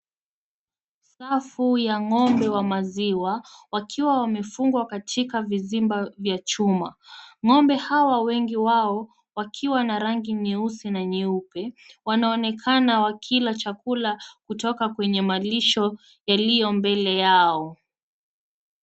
Safu ya ngombe wa maziwa ,wakiwa wamefungwa katika vizimba vya chuma. Ngombe hawa wengi wao wakiwa na rangi nyeusi na nyeupe , wanaonekana wakikula chakula kutoka kwenye malisho yaliyo mbele yao.